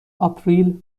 آپریل